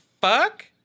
fuck